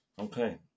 Okay